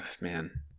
man